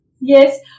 yes